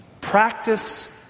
practice